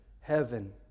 heaven